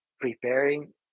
preparing